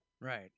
Right